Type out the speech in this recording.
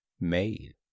made